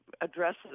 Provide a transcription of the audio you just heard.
addresses